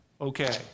Okay